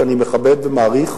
שאני מכבד ומעריך,